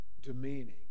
demeaning